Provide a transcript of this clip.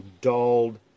dulled